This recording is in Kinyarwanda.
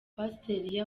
pasiteri